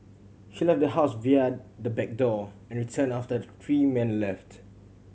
she left the house via the back door and returned after the three men left